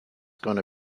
gonna